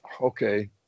okay